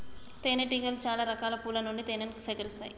తేనె టీగలు చాల రకాల పూల నుండి తేనెను సేకరిస్తాయి